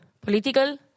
political